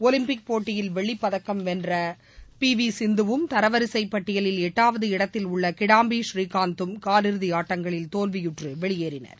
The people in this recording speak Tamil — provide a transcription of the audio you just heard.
ஒலிப்பிக் போட்டியில் வெள்ளிப்பதக்கம் வென்ற பிவி சிந்துவும் தரவரிசைப்பட்டியிலில் எட்டாவது இடத்தில் உள்ள கிடாம்பி ஸ்ரீகாந்தும் காலிறுதி ஆட்டங்களில் தோல்வியுற்று வெளியேறினர்